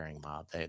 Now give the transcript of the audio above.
mob